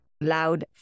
loud